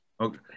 Okay